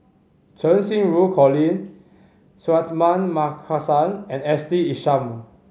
Cheng Xinru Colin Suratman Markasan and Ashley Isham